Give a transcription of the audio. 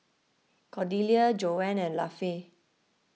Cordelia Joann and Lafe